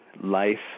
life